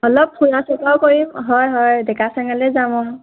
অলপ ফুৰা চকাও কৰিম হয় হয় ডেকা চাঙলৈ যাম অঁ